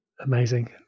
Amazing